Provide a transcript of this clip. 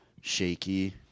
shaky